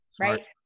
Right